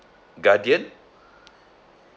guardian